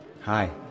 Hi